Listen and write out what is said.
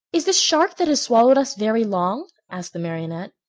is this shark that has swallowed us very long? asked the marionette.